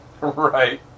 Right